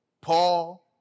Paul